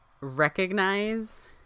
recognize